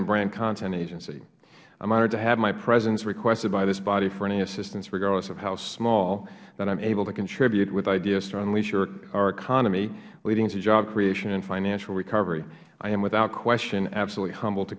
and brand content agency i am honored to have my presence requested by this body for any assistance regardless of how small that i am able to contribute with ideas to unleash our economy leading to job creation and financial recovery i am without question absolutely humbled to